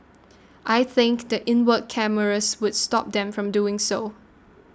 I think the inward cameras would stop them from doing so